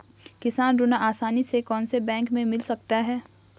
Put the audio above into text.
किसान ऋण आसानी से कौनसे बैंक से मिल सकता है?